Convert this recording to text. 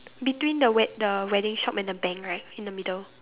between the wed~ the wedding shop and the bank right in the middle